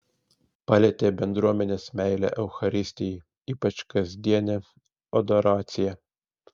palietė bendruomenės meilė eucharistijai ypač kasdienė adoracija